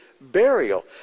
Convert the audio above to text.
burial